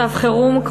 מצב חירום,